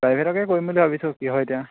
প্ৰাইভেটকৈ কৰিম বুলি ভাবিছোঁ কি হয় এতিয়া